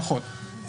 נכון.